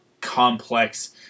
complex